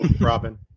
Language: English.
Robin